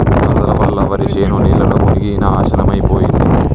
వరదల వల్ల వరిశేను నీళ్లల్ల మునిగి నాశనమైపోయింది